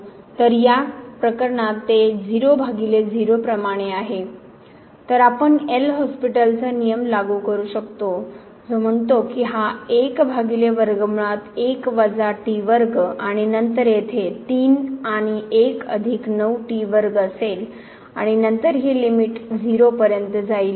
तर या प्रकरणात ते 0 भागिले 0 प्रमाणे आहे तर आपण एल हॉस्पिटलचा नियम लागू करू शकतो जो म्हणतो की हा 1 भागिले वर्गमुळात 1 वजा वर्ग आणि नंतर येथे 3 आणि 1 अधिक 9 वर्ग असेल आणि नंतरहे लिमिट 0 पर्यंत जाईल